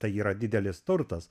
tai yra didelis turtas